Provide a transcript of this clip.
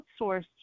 outsourced